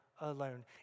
alone